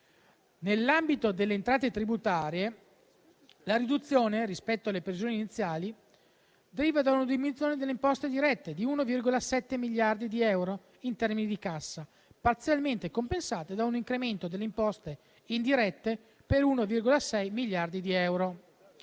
Nell'ambito delle entrate tributarie, la riduzione rispetto alle previsioni iniziali deriva da una diminuzione delle imposte dirette di 1,7 miliardi di euro, in termini di cassa, parzialmente compensata da un incremento delle imposte indirette per circa 1,6 miliardi di euro.